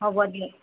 হ'ব দিয়ক